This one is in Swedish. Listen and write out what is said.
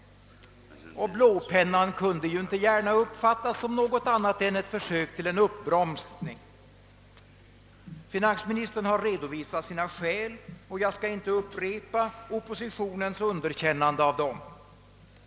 Denna användning av blåpennan kunde inte gärna uppfattas som annat än en medveten uppbromsning av verksamheten. Finansministern har redovisat sina skäl, och jag skall inte upprepa oppositionens underkännande av dem.